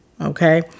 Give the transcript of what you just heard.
okay